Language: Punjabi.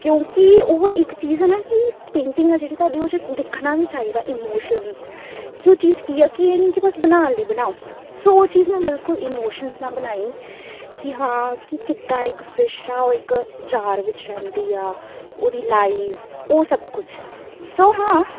ਕਿਉਂਕਿ ਉਹ ਇੱਕ ਚੀਜ਼ ਹੈ ਨਾ ਕਿ ਪੇਂਟਿੰਗ ਆ ਜਿਹੜੀ ਤੁਹਾਡੀ ਉਹ 'ਚ ਦਿਖਣਾ ਵੀ ਚਾਹੀਦਾ ਇਮੋਸ਼ਨਸ ਕਿ ਉਹ ਚੀਜ਼ ਕੀ ਆ ਕਿ ਇਹ ਨਹੀਂ ਕਿ ਬਸ ਬਣਾਉਣ ਲਈ ਬਣਾਉ ਸੋ ਉਹ ਚੀਜ਼ ਮੈਂ ਬਿਲਕੁਲ ਇਮੋਸ਼ਨਸ ਨਾਲ ਬਣਾਈ ਕਿ ਹਾਂ ਕਿ ਕਿੱਦਾਂ ਇੱਕ ਫਿਸ਼ ਆ ਉਹ ਇੱਕ ਜਾਰ ਵਿੱਚ ਰਹਿੰਦੀ ਆ ਉਹਦੀ ਲਾਈਫ ਉਹ ਸਭ ਕੁਝ ਸੋ ਹਾਂ